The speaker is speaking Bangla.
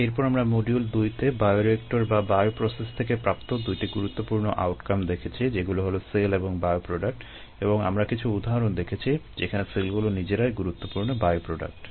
এরপর আমরা মডিউল দুইতে বায়োরিয়েক্টর বা বায়োপ্রসেস থেকে প্রাপ্ত দুইটি গুরুত্বপূর্ণ আউটকাম দেখেছি যেগুলো হলো সেল এবং বায়োপ্রোডাক্ট এবং আমরা কিছু উদাহরণ দেখেছি যেখানে সেলগুলো নিজেরাই গুরুত্বপূর্ণ বায়োপ্রোডাক্ট